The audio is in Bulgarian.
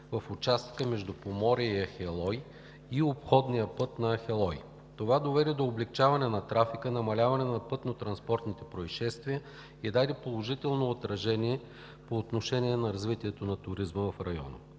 в участъците между Поморие – Ахелой и обходният път на Ахелой. Това доведе до облекчаване на трафика, намаляване на пътнотранспортните произшествия и даде положително отражение по отношение на развитието на туризма в района.